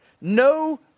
no